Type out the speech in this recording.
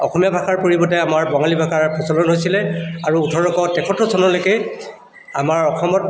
অসমীয়া ভাষাৰ পৰিৱৰ্তে আমাৰ বঙালী ভাষাৰ প্ৰচলন হৈছিলে আৰু ওঠৰশ তেসত্তৰ চনলৈকে আমাৰ অসমত